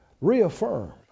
Reaffirm